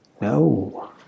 No